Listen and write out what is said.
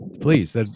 Please